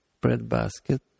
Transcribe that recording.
breadbasket